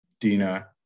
Dina